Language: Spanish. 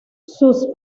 sus